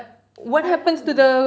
pythons also